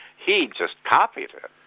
he just copied it,